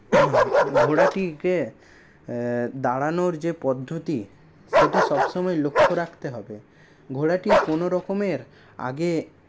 ঘোড়াটিকে দাঁড়ানোর যে পদ্ধতি সেটি সব সময় লক্ষ্য রাখতে হবে ঘোড়াটি কোনো রকমের আগে